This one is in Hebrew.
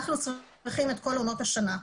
אנחנו צריכים את כל עונות השנה.